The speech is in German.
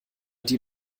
die